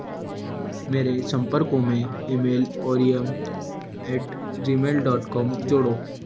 मेरे संपर्को में email oriyam at Gmail dot com जोड़ो